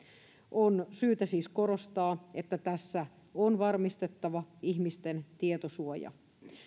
on syytä siis korostaa että tässä on varmistettava ihmisten tietosuoja